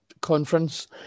conference